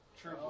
True